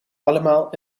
allemaal